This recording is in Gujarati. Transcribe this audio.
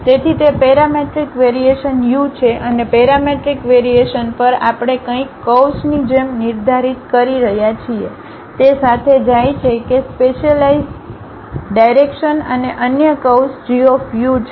તેથી તે પેરામેટ્રિક વેરીએશન u છે અને પેરામેટ્રિક વેરીએશન પર આપણે કંઈક કર્વ્સની જેમ નિર્ધારિત કરી રહ્યા છીએ તે સાથે જાય છે કે સ્પેશિયલઇસ ડાયરેક્શન અને અન્ય કર્વ્સ g છે